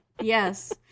Yes